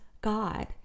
God